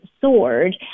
soared